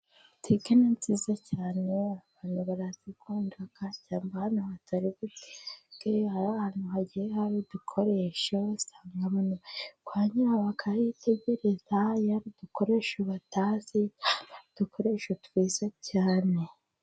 Tsikeni ni nziza cyane abantu barazikundakashyamba hano hatarige ahantu hagiye haribi dukoresha basanga abantu kwa nyira bakayitegerezayadukoreshe batazi udukoresho twiza cyane.